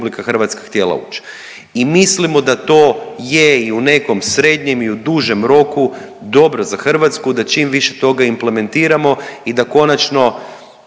RH htjela uć i mislimo da to je i u nekom srednjem i u dužem roku dobro za Hrvatsku da čim više toga implementiramo i da konačno